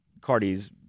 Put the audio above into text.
Cardi's